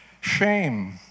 shame